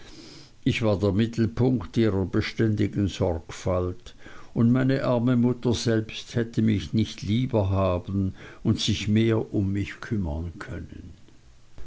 ich war der mittelpunkt ihrer beständigen sorgfalt und meine arme mutter selbst hätte mich nicht lieber haben und sich mehr um mich kümmern können